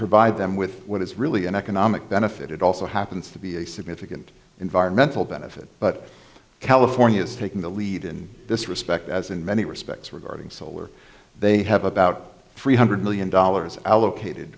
provide them with what is really an economic benefit it also happens to be a significant environmental benefit but california is taking the lead in this respect as in many respects regarding solar they have about three hundred million dollars allocated